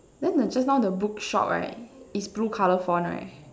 then the just now the book shop right is blue colour font right